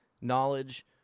knowledge